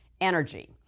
energy